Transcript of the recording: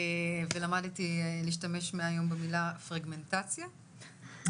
ולמדתי להשתמש מהיום במילה פרגמנטציה,